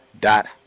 dot